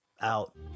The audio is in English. out